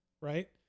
Right